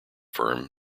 firm